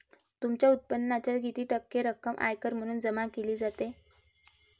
तुमच्या उत्पन्नाच्या किती टक्के रक्कम आयकर म्हणून जमा केली जाते?